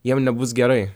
jam nebus gerai